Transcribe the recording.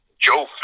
Joe